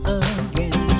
again